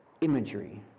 imagery